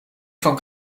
van